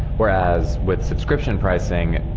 whereas with subscription pricing,